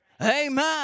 Amen